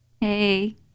Hey